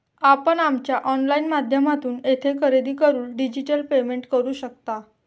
आपण आमच्या ऑनलाइन माध्यमातून येथे खरेदी करून डिजिटल पेमेंट करू शकता